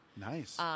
Nice